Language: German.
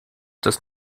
das